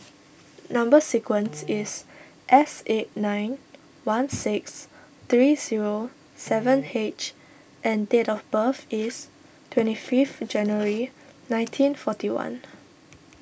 Number Sequence is S eight nine one six three zero seven H and date of birth is twenty five January nineteen forty one